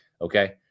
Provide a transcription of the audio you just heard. Okay